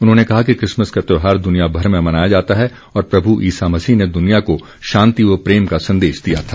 उन्होंने कहा कि किसमस का त्यौहार दुनियाभर में मनाया जाता है और प्रभू ईसामसीह ने दुनिया को शांति व प्रेम का संदेश दिया था